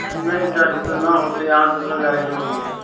नहि चाची तऽ ना होतै अहाँ दोसर गाड़ी ढूँढ लिअ